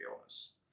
illness